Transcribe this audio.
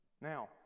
now